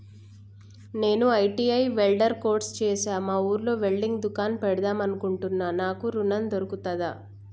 నేను ITI welder course చేశ్న మా ఊర్లో వెల్డింగ్ దుకాన్ పెడదాం అనుకుంటున్నా నాకు ఋణం దొర్కుతదా?